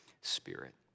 spirit